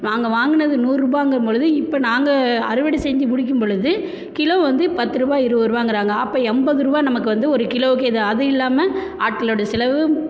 நாங்கள் வாங்கினது நூறுரூபாங்கும் பொழுது இப்போ நாங்கள் அறுவடை செஞ்சு முடிக்கும் பொழுது கிலோ வந்து பத்து ரூபாய் இருபது ரூபாங்கிறாங்க அப்போ எண்பது ரூபாய் நமக்கு வந்து ஒரு கிலோவுக்கு இது அது இல்லாமல் ஆட்களோட செலவு